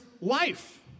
life